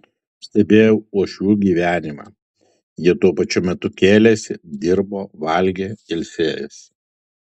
stebėjau uošvių gyvenimą jie tuo pačiu metu kėlėsi dirbo valgė ilsėjosi